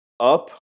up